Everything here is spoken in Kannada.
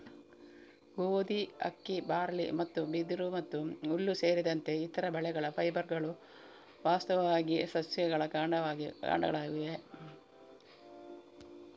ಗೋಧಿ, ಅಕ್ಕಿ, ಬಾರ್ಲಿ ಮತ್ತು ಬಿದಿರು ಮತ್ತು ಹುಲ್ಲು ಸೇರಿದಂತೆ ಇತರ ಬೆಳೆಗಳ ಫೈಬರ್ಗಳು ವಾಸ್ತವವಾಗಿ ಸಸ್ಯಗಳ ಕಾಂಡಗಳಾಗಿವೆ